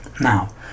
Now